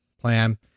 plan